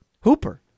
Hooper